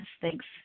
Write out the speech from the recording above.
Thanks